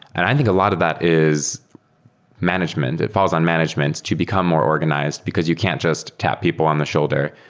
and i think a lot of that is management. it falls on managements to become more organized, because you can't just tap people on the shoulder.